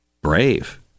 Brave